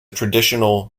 traditional